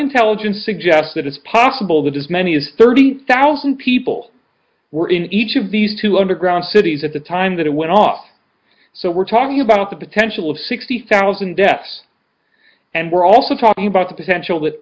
intelligence suggests that it's possible that it's many as thirty thousand people were in each of these two underground cities at the time that it went off so we're talking about the potential of sixty thousand deaths and we're also talking about the potential with